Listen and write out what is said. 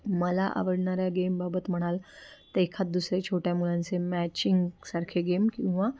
मला आवडणाऱ्या गेमबाबत म्हणाल तर एखाददुसरे छोट्या मुलांचे मॅचिंगसारखे गेम किंवा